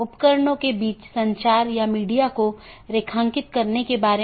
आज हम BGP पर चर्चा करेंगे